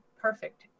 perfect